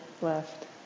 left